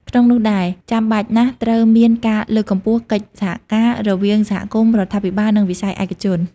ក្នុងនោះដែរ ចាំបាច់ណាស់ត្រូវមានការលើកកម្ពស់ កិច្ចសហការ រវាងសហគមន៍ រដ្ឋាភិបាល និងវិស័យឯកជន។